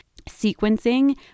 sequencing